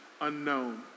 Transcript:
unknown